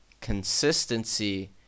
Consistency